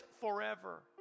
forever